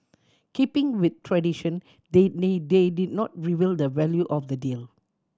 keeping with tradition they they did not reveal the value of the deal